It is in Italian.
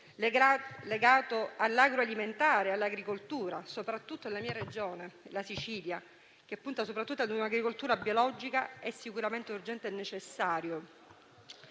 legato all'agroalimentare e all'agricoltura soprattutto nella mia Regione, la Sicilia, che punta soprattutto ad un'agricoltura biologica, è sicuramente urgente e necessario.